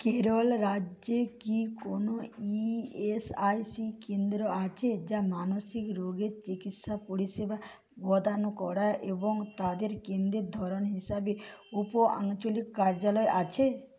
কেরল রাজ্যে কি কোনও ইএসআইসি কেন্দ্র আছে যা মানসিক রোগের চিকিৎসা পরিষেবা প্রদান করা এবং তাদের কেন্দ্রের ধরন হিসাবে উপ আঞ্চলিক কার্যালয় আছে